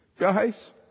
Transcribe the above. Guys